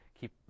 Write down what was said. keep